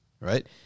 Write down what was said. Right